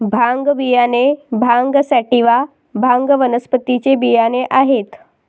भांग बियाणे भांग सॅटिवा, भांग वनस्पतीचे बियाणे आहेत